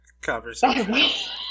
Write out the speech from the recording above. Conversation